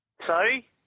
Sorry